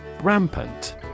Rampant